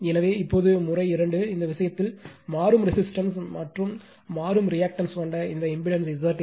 எனவே இப்போது முறை 2 இந்த விஷயத்தில் மாறும் ரெசிஸ்டன்ஸ் மாறும் ரியாக்டன்ஸ் கொண்ட அந்த இம்பிடான்ஸ் ZL